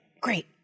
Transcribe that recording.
great